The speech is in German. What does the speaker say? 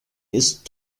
ist